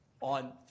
On